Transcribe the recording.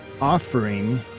offering